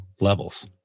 levels